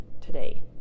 today